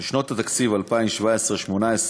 לשנות התקציב 2017 ו-2018),